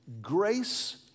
grace